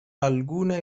alguna